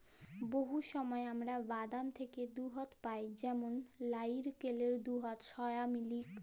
বহুত সময় আমরা বাদাম থ্যাকে দুহুদ পাই যেমল লাইরকেলের দুহুদ, সয়ামিলিক